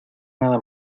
nada